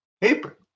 paper